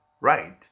right